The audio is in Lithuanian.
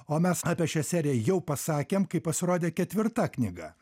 o mes apie šią seriją jau pasakėm kai pasirodė ketvirta knyga